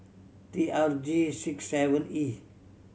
T R G six seven E